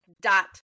dot